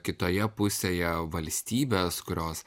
kitoje pusėje valstybės kurios